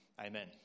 amen